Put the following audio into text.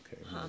Okay